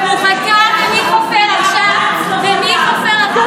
(אומרת בשפת הסימנים: הוא חתם,